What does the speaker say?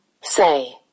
Say